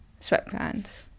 sweatpants